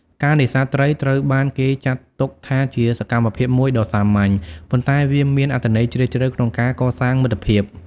ការនេសាទត្រីត្រូវបានគេចាត់ទុកថាជាសកម្មភាពមួយដ៏សាមញ្ញ ប៉ុន្តែវាមានអត្ថន័យជ្រាលជ្រៅក្នុងការកសាងមិត្តភាព។